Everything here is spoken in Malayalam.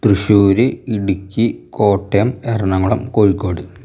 തൃശ്ശൂര് ഇടുക്കി കോട്ടയം എറണാകുളം കോഴിക്കോട്